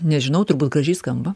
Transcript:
nežinau turbūt gražiai skamba